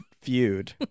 feud